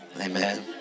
Amen